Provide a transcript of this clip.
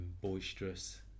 boisterous